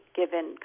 given